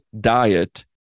diet